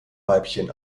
weibchen